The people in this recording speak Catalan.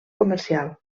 comercial